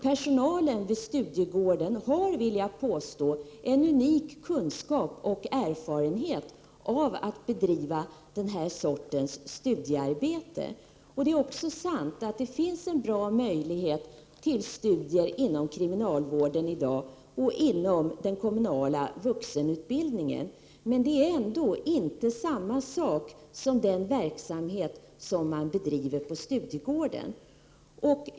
Personalen vid Studiegården har, vill jag påstå, en unik kunskap om och erfarenhet av att bedriva den här sortens studiearbete. Det är också sant att det finns en bra möjlighet till studier inom kriminalvården och inom den kommunala vuxenutbildningen i dag. Men det är ändå inte samma sak som den verksamhet man bedriver på Studiegården.